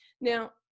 now